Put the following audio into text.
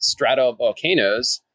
stratovolcanoes